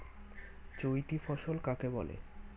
চৈতি ফসল কাকে বলে?